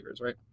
right